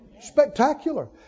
Spectacular